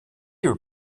your